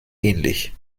ähnlich